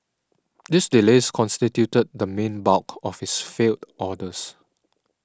these delays constituted the main bulk of its failed orders